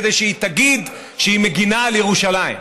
כדי שהיא תגיד שהיא מגינה על ירושלים.